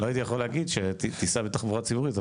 הייתי יכול להגיד שתיסע בתחבורה ציבורית,